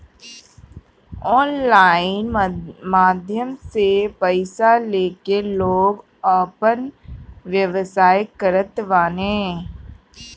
online माध्यम से पईसा लेके लोग आपन व्यवसाय करत बाने